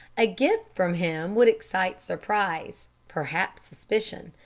a gift from him would excite surprise, perhaps suspicion.